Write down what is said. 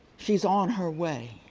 she's on her way.